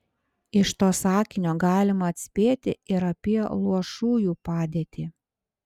iš to sakinio galima atspėti ir apie luošųjų padėtį